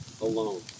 alone